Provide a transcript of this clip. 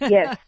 Yes